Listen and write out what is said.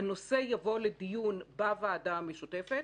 הנושא יבוא לדיון בוועדה המשותפת,